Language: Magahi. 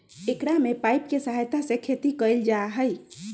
एकरा में पाइप के सहायता से खेती कइल जाहई